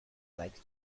likes